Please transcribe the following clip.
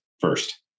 first